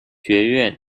学院